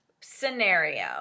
scenario